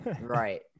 right